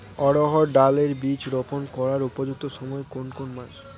অড়হড় ডাল এর বীজ রোপন করার উপযুক্ত সময় কোন কোন মাস?